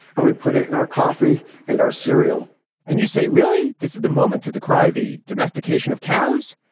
and we put it in our coffee and our cereal and you say, really, this is the moment to decry the domestication of cows.